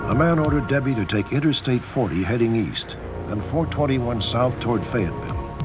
ah man ordered debbie to take interstate forty heading east and four twenty one south toward fayeteville.